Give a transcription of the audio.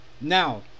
Now